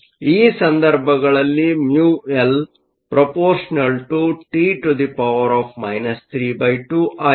ಈ ಸಂದರ್ಭಗಳಲ್ಲಿ μLαT 32 ಆಗಿದೆ